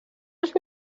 els